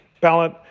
ballot